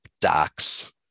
docs